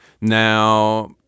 Now